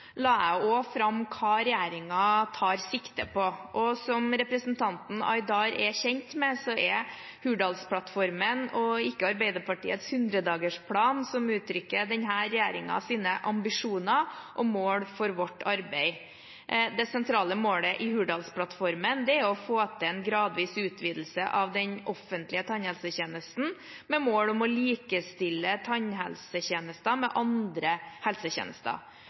la jeg også fram hva regjeringen tar sikte på. Som representanten Aydar er kjent med, er det Hurdalsplattformen og ikke Arbeiderpartiets 100-dagersplan som uttrykker denne regjeringens ambisjoner og mål for vårt arbeid. Det sentrale målet i Hurdalsplattformen er å få til en gradvis utvidelse av den offentlige tannhelsetjenesten med mål om å likestille tannhelsetjenester med andre helsetjenester.